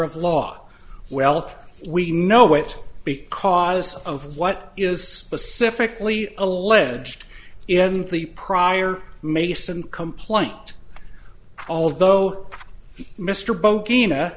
of law well we know it because of what is specifically alleged in the prior mason complaint although mr bo